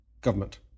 government